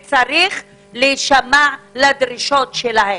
ויש להישמע לדרישות שלהם.